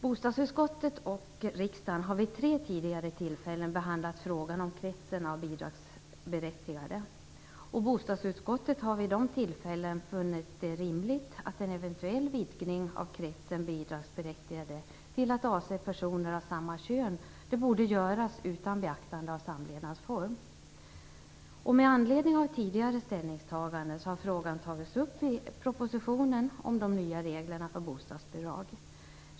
Bostadsutskottet och riksdagen har vid tre tidigare tillfällen behandlat frågan om kretsen av bidragsberättigade. Bostadsutskottet har vi dessa tillfällen funnit det rimligt att en eventuell vidgning av kretsen bidragsberättigade till att avse personer av samma kön borde göras utan beaktande av samlevnadsform. Med anledning av tidigare ställningstaganden har frågan tagits upp i propositionen om de nya reglerna för bostadsbidrag.